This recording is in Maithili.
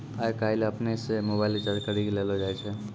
आय काइल अपनै से मोबाइल रिचार्ज करी लेलो जाय छै